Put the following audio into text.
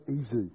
easy